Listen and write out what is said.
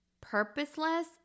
Purposeless